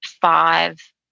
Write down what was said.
five